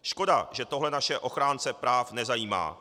Škoda, že tohle naše ochránce práv nezajímá.